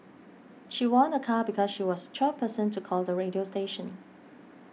she won a car because she was twelfth person to call the radio station